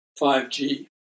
5G